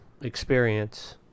experience